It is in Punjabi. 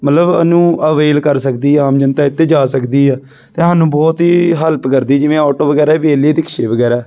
ਮਤਲਬ ਇਹਨੂੰ ਅਵੇਲ ਕਰ ਸਕਦੀ ਆ ਆਮ ਜਨਤਾ ਇਹ 'ਤੇ ਜਾ ਸਕਦੀ ਆ ਅਤੇ ਸਾਨੂੰ ਬਹੁਤ ਹੀ ਹੈਲਪ ਕਰਦੀ ਜਿਵੇਂ ਆਟੋ ਵਗੈਰਾ ਵੀ ਹੈ ਨੇ ਅਤੇ ਰਿਕਸ਼ੇ ਵਗੈਰਾ